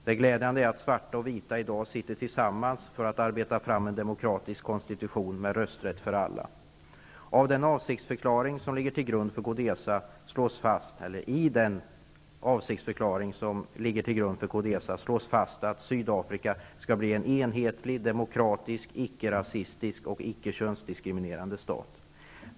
Det är glädjande att svarta och vita i dag sitter tillsammans för att arbeta fram en demokratisk konstitution med rösträtt för alla. I den avsiktsförklaring som ligger till grund för Codesa slås fast att Sydafrika skall bli en enhetlig, demokratisk, icke-rasistisk och ickekönsdiskriminerande stat.